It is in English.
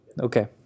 Okay